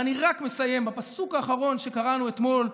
ואני רק מסיים בפסק האחרון שקראנו אתמול,